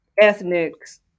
ethnic's